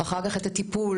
אחר כך את הטיפול,